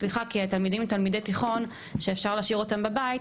כי התלמידים הם תלמידי תיכון שאפשר להשאיר אותם בבית,